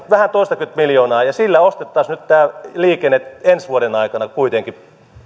vähän toistakymmentä miljoonaa ja sillä ostettaisiin nyt tämä liikenne ensi vuoden aikana kuitenkin